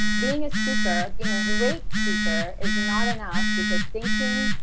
being a speaker, being a great speaker is not enough, because thinking,